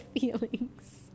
feelings